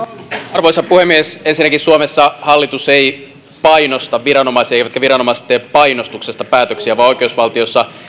arvoisa puhemies ensinnäkin suomessa hallitus ei painosta viranomaisia eivätkä viranomaiset tee painostuksesta päätöksiä vaan oikeusvaltiossa